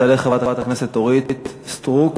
תעלה חברת הכנסת אורית סטרוק,